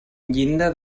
llinda